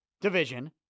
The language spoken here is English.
division